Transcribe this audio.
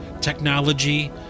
technology